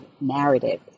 narrative